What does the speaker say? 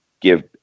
give